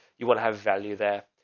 you want to have value there.